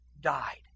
died